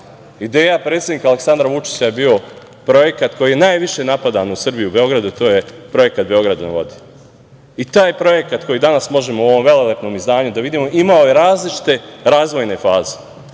predsednika Aleksandra Vučića je bio projekat koji je najviše napadan u Srbiji i Beogradu to je projekat „Beograd na vodi“ i taj projekat koji danas možemo u ovom velelepnom izdanju da vidimo imao je različite razvojne faze.